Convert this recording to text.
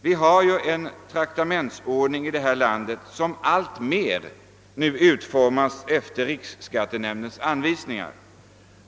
Vi har i vårt land en traktamentsordning som alltmer utformas efter riksskattenämndens anvisningar.